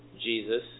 Jesus